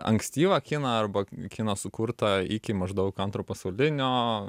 ankstyvą kiną arba kiną sukurtą iki maždaug antro pasaulinio